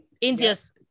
india's